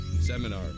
Seminar